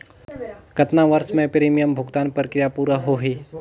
कतना वर्ष मे प्रीमियम भुगतान प्रक्रिया पूरा होही?